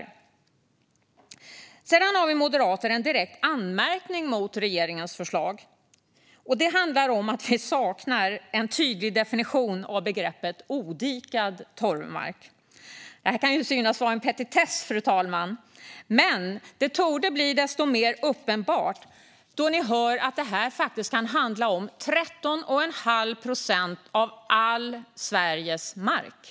Vi moderater har också en direkt anmärkning mot regeringens förslag, och den handlar om att vi saknar en tydlig definition av begreppet odikad torvmark. Det kan synas vara en petitess, fru talman, men det torde bli desto mer angeläget då ni hör att det faktiskt kan handla om 13 1⁄2 procent av all Sveriges mark.